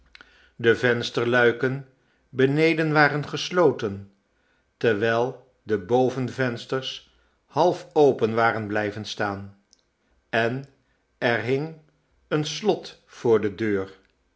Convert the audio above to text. de vensterluiken beneden waren gesloten terwijl de bovenvensters half open waren blijven staan en er hing een slot voor de deur